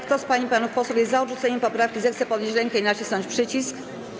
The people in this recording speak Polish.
Kto z pań i panów posłów jest za odrzuceniem poprawki, zechce podnieść rękę i nacisnąć przycisk.